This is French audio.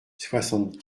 soixante